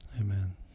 Amen